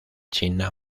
china